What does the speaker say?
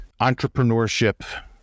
entrepreneurship